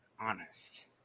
honest